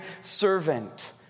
servant